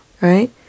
Right